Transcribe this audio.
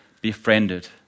befriended